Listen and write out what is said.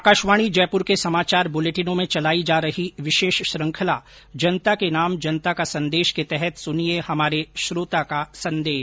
आकाशवाणी जयपुर के समाचार बुलेटिनों में चलाई जा रही विशेष श्रुखंला जनता के नाम जनता का संदेश के तहत सुनिये हमारे श्रोता का संदेश